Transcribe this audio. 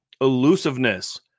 elusiveness